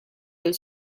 del